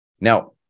Now